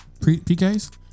PKs